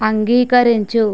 అంగీకరించు